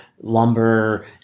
lumber